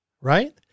right